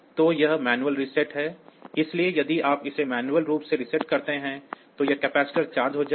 तो यह manual reset है इसलिए यदि आप इसे मैन्युअल रूप से रीसेट करते हैं तो यह कैपेसिटर चार्ज हो जाएगा